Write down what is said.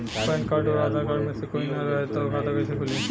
Pan card आउर Aadhaar card मे से कोई ना रहे त खाता कैसे खुली?